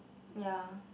ya